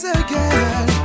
again